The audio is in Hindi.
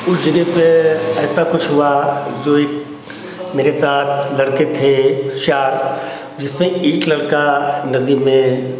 उस जगह पे ऐसा कुछ हुआ जो एक मेरे साथ लड़के थे चार जिसमें एक लड़का नदी में